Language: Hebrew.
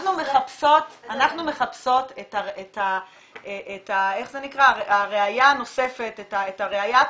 אנחנו מחפשות את הראיה הנוספת, את הראיה התומכת,